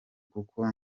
kuko